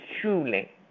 truly